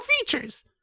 features